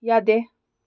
ꯌꯥꯗꯦ